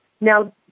now